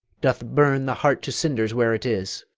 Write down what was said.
doth burn the heart to cinders where it is.